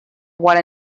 what